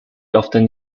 often